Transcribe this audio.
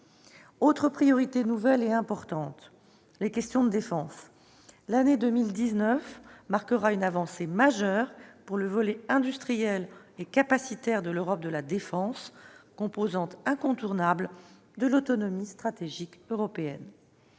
autre priorité nouvelle et importante. L'année 2019 marquera une avancée majeure pour le volet industriel et capacitaire de l'Europe de la défense, composante incontournable de l'autonomie stratégique européenne.